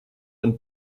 and